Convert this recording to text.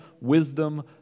wisdom